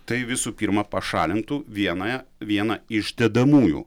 tai visų pirma pašalintų vieną vieną iš dedamųjų